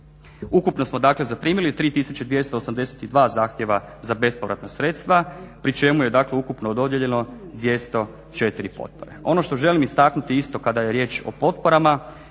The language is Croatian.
Ukupno smo dakle zaprimili 3282 zahtjeva za bespovratna sredstva pri čemu je, dakle ukupno dodijeljeno 204 potpore. Ono što želim istaknuti isto kada je riječ o potporama